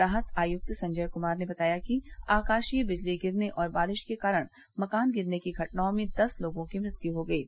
राहत आयुक्त संजय कुमार ने बताया कि आकाशीय बिजली गिरने और बारिश के कारण मकान गिरने की घटनाओं में दस लोगों की मृत्यु हो गयी